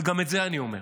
וגם את זה אני אומר,